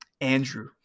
Andrew